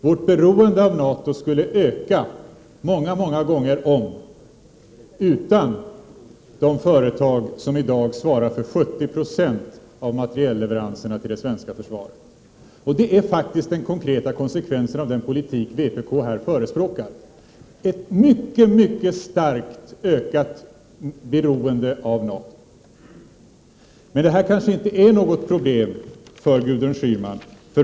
Vårt beroende av NATO skulle öka många gånger om utan de företag som i dag svarar för 70 Jo av materielleveranserna till det svenska försvaret. Det blir faktiskt den konkreta konsekvensen av den politik som vpk här förespråkar — dvs. ett mycket mycket starkt ökat beroende av NATO. Men det här är kanske inte något problem för Gudrun Schyman.